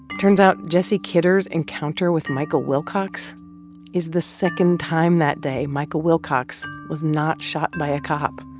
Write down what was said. turns out, jesse kidder's encounter with michael wilcox is the second time that day michael wilcox was not shot by a cop.